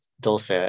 Dulce